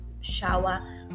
shower